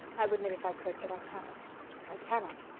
i would knit if i could but i cannot i cannot.